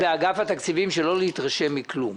יש להם סדנאות באגף התקציבים שלא להתרשם מכלום.